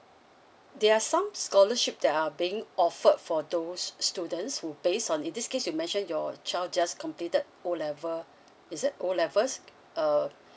there are some scholarship that are being offered for those students who based on in this case you mentioned your child just completed O level is it O levels uh